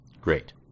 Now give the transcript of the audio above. Great